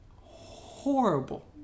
Horrible